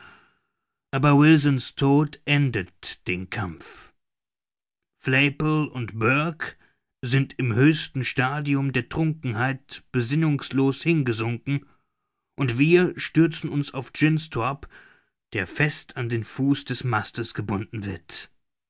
aber wilson's tod endet den kampf flaypol und burke sind im höchsten stadium der trunkenheit besinnungslos hingesunken und wir stürzen uns auf jynxtrop der fest an den fuß des mastes gebunden wird